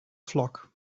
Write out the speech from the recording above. flock